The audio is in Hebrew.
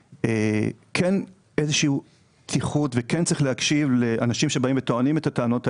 וכן צריך להקשיב לאנשים שבאים וטוענים את הטענות האלה,